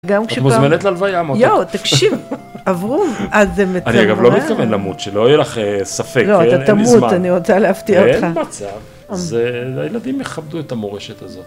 את מוזמנת להלוויה מותק. יואו, תקשיב, אברום, זה מצמרר. אני אגב לא מתכוון למות, שלא יהיה לך ספק, אין לי זמן. לא, אתה תמות, אני רוצה להפתיע אותך. אין מצב, זה, הילדים יכבדו את המורשת הזאת.